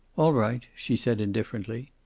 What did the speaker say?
all right, she said, indifferently.